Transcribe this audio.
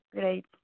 great